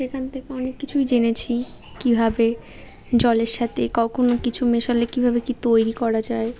এখান থেকে অনেক কিছুই জেনেছি কীভাবে জলের সাতে ককনও কিছু মেশালে কীভাবে কী তৈরি করা যায়